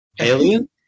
Alien